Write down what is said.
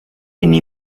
ini